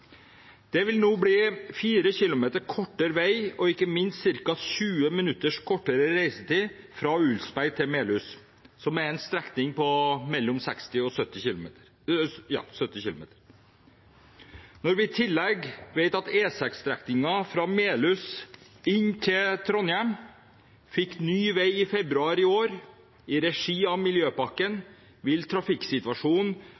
Det vil nå bli 4 km kortere vei og ikke minst ca. 20 minutter kortere reisetid fra Ulsberg til Melhus, som er en strekning på mellom 60 og 70 km. Når vi i tillegg vet at E6-strekningen fra Melhus inn til Trondheim fikk ny vei i februar i år i regi av